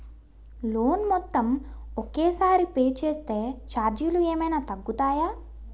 Loan మొత్తం ఒకే సారి పే చేస్తే ఛార్జీలు ఏమైనా తగ్గుతాయా?